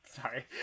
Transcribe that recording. Sorry